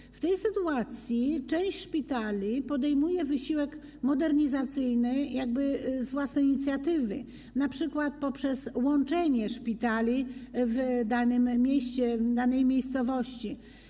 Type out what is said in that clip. I w tej sytuacji część szpitali podejmuje wysiłek modernizacyjny z własnej inicjatywy, np. poprzez łączenie szpitali w danym mieście, w danej miejscowości.